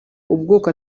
ubwoko